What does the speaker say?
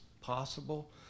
possible